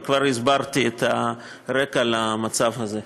אבל כבר הסברתי את הרקע למצב הזה.